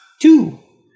Two